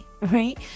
right